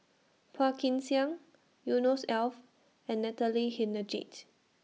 Phua Kin Siang Yusnor's Ef and Natalie Hennedige